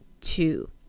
two